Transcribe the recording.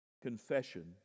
Confession